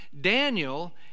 daniel